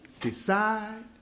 decide